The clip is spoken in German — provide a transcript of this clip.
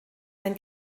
ein